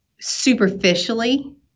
superficially